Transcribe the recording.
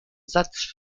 satz